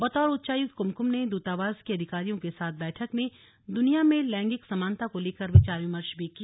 बतौर उच्चायुक्त कुमकुम ने दूतावास के अधिकारियों के साथ बैठक में दुनिया में लैंगिंक समानता को लेकर विचार विमर्श भी किया